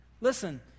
Listen